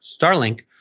Starlink